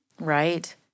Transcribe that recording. Right